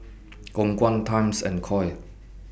Khong Guan Times and Koi